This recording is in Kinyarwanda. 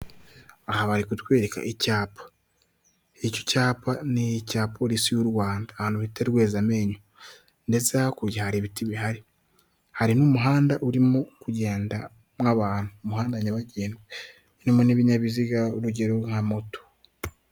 Aha bari kutwereka icyapa, icyo cyapa ni icya Polisi y'u Rwanda ahantu bita Rwezamenyo, ndetse hakurya hari ibiti bihari, hari n'umuhanda urimo kugendamo abantu, umuhanda nyabagendwa, urimo n'ibinyabiziga urugero nka moto.